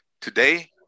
Today